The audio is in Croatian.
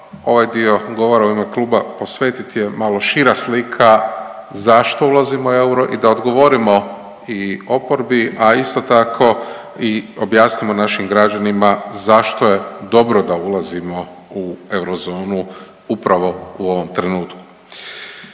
ovaj dio govora u ime kluba posvetiti je malo šira slika zašto ulazimo u euro i da odgovorimo i oporbi, a isto tako i objasnimo našim građanima zašto je dobro da ulazimo u eurozonu upravo u ovom trenutku.